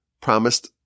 promised